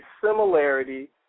similarity